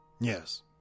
Yes